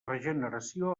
regeneració